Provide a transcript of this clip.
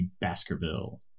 Baskerville